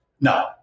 No